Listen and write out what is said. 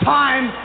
time